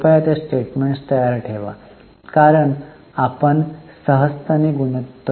कृपया ते स्टेटमेंट्स तयार ठेवा कारण आपण सहजतेने गुणोत्तरांची गणना करू शकतो